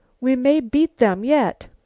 we may beat them yet!